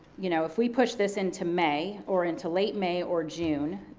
you know if we push this into may, or into late may or june,